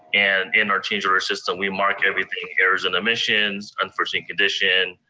and in our change order system, we mark everything, errors and omissions, unforeseen condition,